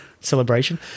celebration